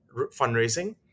fundraising